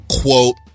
Quote